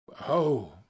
Oh